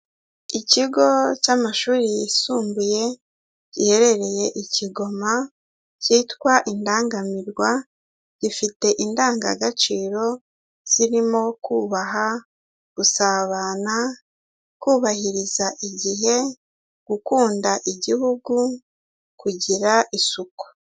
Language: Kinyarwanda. Ikigo cy'amashuri yisumbuye, giherereye i Kigoma kitwa Indangamirwa gifite indangagaciro zirimo kubaha, gusabana, kubahiriza igihe, gukunda igihugu, kugira isuku.